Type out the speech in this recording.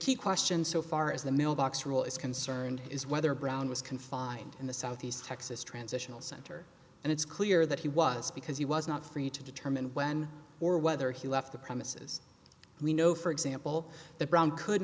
key question so far as the mailbox rule is concerned is whether brown was confined in the southeast texas transitional center and it's clear that he was because he was not free to determine when or whether he left the premises we know for example that brown could